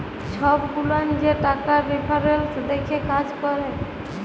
ছব গুলান যে টাকার রেফারেলস দ্যাখে কাজ ক্যরে